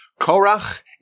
Korach